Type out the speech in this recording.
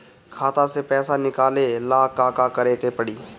खाता से पैसा निकाले ला का का करे के पड़ी?